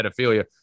pedophilia